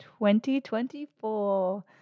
2024